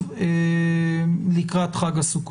כפתיחה,